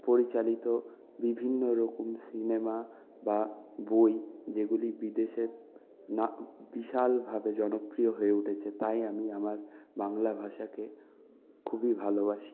পরিচালিত বিভিন্নরকম সিনেমা বা বই যেগুলি বিদেশের মা বিশালভাবে জনপ্রিয় হয়ে উঠেছে তাই আমি আমার বাংলা ভাষাকে খুবই ভালোবাসি